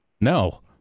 No